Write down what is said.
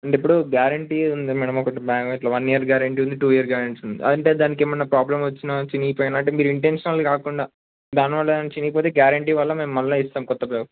అంటే ఇప్పుడు గ్యారెంటీ ఉంది మ్యాడమ్ ఒకటి బ్యాగ్ అట్లా వన్ ఇయర్ గ్యారెంటీ ఉంది టూ ఇయర్ గ్యారెంటీ ఉంది అంటే దానికేమన్నా ప్రాబ్లం వచ్చినా చిరిగిపోయినా అంటే మీరు ఇన్టెన్షనల్ కాకుండా దానివల్ల ఏమైనా చిరిగిపోతే గ్యారెంటీ వల్ల మేం మళ్ళా ఇస్తాం కొత్త బ్యాగ్